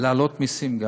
גם להעלות מסים.